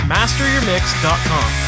MasterYourMix.com